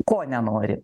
ko nenori